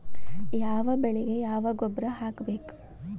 ಯಾವ ಬೆಳಿಗೆ ಯಾವ ಗೊಬ್ಬರ ಹಾಕ್ಬೇಕ್?